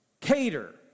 cater